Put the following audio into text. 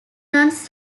runs